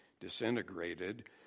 disintegrated